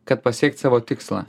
kad pasiekt savo tikslą